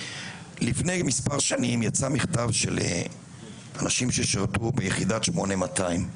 לפני מספר שנים יצא מכתב של אנשים ששירתו ביחידת 8200,